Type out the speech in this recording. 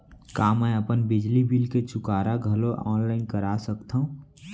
का मैं अपन बिजली बिल के चुकारा घलो ऑनलाइन करा सकथव?